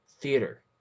theater